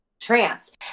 trance